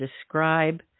describe